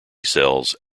cells